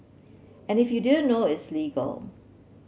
and if you didn't know it's legal